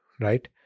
right